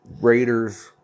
Raiders